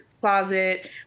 closet